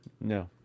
No